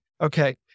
Okay